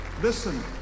Listen